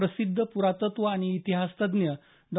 प्रसिद्ध पुरातत्व आणि इतिहासतज्ज्ञ डॉ